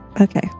Okay